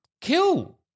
kill